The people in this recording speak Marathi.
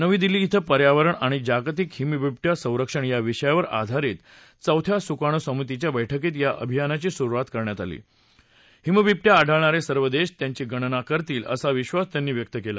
नव दिल्ल क्षे पर्यावरण आणि जागतिक हिमबिबटया संरक्षण या विषयावर आधारित चौथ्या सुकाणू समितस्त्रिा बैठकीत या अभियानाच सुरुवात करण्यात आल हिमबिबटया आढळणारे सर्व देश त्यांच गणना करतवि असा विश्वास त्यांन यक्त केला